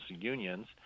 unions